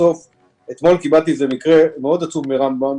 אתמול קיבלתי מקרה מאוד עצוב מרמב"ם,